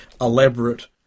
elaborate